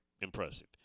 impressive